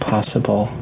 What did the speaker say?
Possible